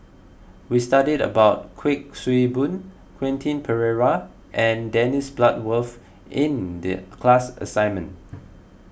we studied about Kuik Swee Boon Quentin Pereira and Dennis Bloodworth in the class assignment